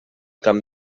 camp